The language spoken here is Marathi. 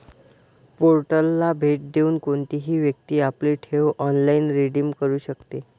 पोर्टलला भेट देऊन कोणतीही व्यक्ती आपली ठेव ऑनलाइन रिडीम करू शकते